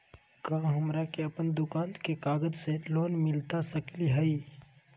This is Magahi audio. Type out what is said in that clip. का हमरा के अपन दुकान के कागज से लोन मिलता सकली हई?